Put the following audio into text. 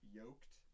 yoked